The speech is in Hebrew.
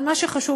אבל מה שחשוב,